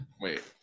Wait